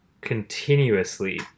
continuously